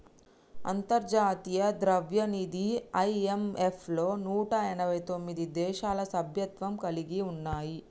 అంతర్జాతీయ ద్రవ్యనిధి ఐ.ఎం.ఎఫ్ లో నూట ఎనభై తొమ్మిది దేశాలు సభ్యత్వం కలిగి ఉన్నాయి